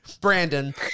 Brandon